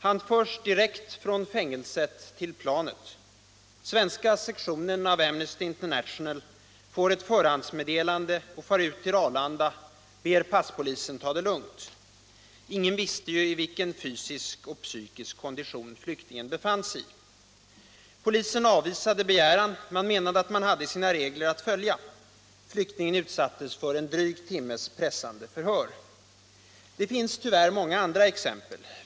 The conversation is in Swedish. Han fördes direkt från fängelset till planet. Svenska sektionen av Amnesty International fick ett förhandsmeddelande, for ut till Arlanda och bad polisen att ta det lugnt. Ingen visste ju i vilken fysisk och psykisk kondition flyktingen befann sig. Polisen avvisade denna begäran. Man menade att man hade sina regler att följa. Flyktingen utsattes för en dryg timmes pressande förhör. Det finns tyvärr många andra exempel.